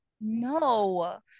no